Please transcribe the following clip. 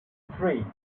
three